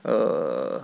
err